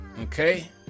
Okay